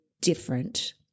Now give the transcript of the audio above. different